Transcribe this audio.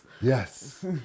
Yes